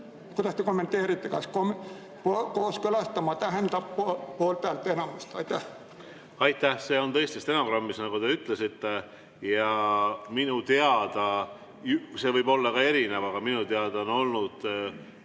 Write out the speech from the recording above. Kuidas te kommenteerite: kas "kooskõlastama" tähendab poolthäälte enamust? Aitäh! See on tõesti stenogrammis, nagu te ütlesite. See võib olla ka erinev, aga minu teada on olnud